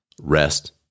rest